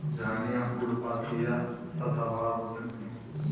झाड़ियाँ पर्णपाती या सदाबहार हो सकती हैं